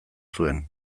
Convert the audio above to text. zuen